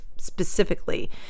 specifically